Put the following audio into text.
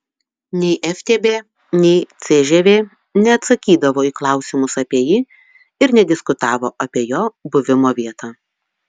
nei ftb nei cžv neatsakydavo į klausimus apie jį ir nediskutavo apie jo buvimo vietą